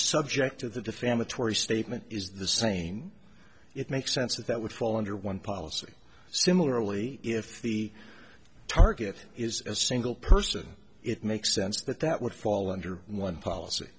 subject of the defamatory statement is the same it makes sense that that would fall under one policy similarly if the target is a single person it makes sense that that would fall under one policy